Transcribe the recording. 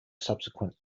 subsequent